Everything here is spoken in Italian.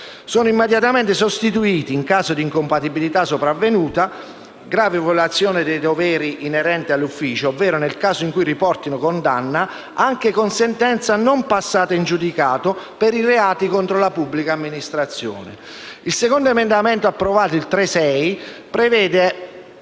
Sono immediatamente sostituiti in caso di incompatibilità sopravvenuta, grave violazione dei doveri inerenti all'ufficio, ovvero nel caso in cui riportino condanna, anche con sentenza non passata in giudicato» per i reati contro la pubblica amministrazione. Il secondo emendamento approvato, ovvero